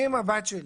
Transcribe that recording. אם אצל הבת שלי,